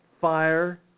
fire